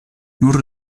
nur